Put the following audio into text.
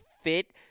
fit